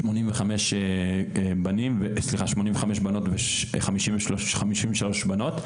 יש 85 בנות, ו-53 בנים.